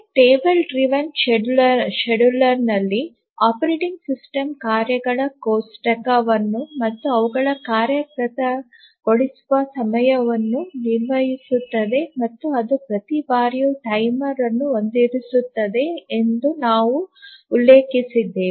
table ಚಾಲಿತ ವೇಳಾಪಟ್ಟಿಯಲ್ಲಿ operating system ಕಾರ್ಯಗಳ ಕೋಷ್ಟಕವನ್ನು ಮತ್ತು ಅವುಗಳ ಕಾರ್ಯಗತಗೊಳಿಸುವ ಸಮಯವನ್ನು ನಿರ್ವಹಿಸುತ್ತದೆ ಮತ್ತು ಅದು ಪ್ರತಿ ಬಾರಿಯೂ ಟೈಮರ್ ಅನ್ನು ಹೊಂದಿಸುತ್ತದೆ ಎಂದು ನಾವು ಉಲ್ಲೇಖಿಸಿದ್ದೇವೆ